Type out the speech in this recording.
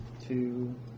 two